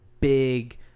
big